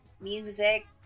music